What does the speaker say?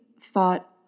thought